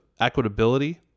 equitability